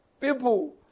People